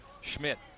Schmidt